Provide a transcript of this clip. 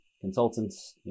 consultants